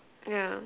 yeah